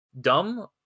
dumb